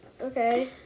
Okay